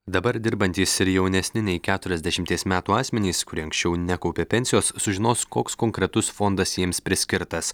dabar dirbantys ir jaunesni nei keturiasdešimties metų asmenys kurie anksčiau nekaupė pensijos sužinos koks konkretus fondas jiems priskirtas